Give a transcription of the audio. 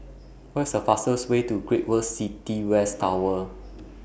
What IS The fastest Way to Great World City West Tower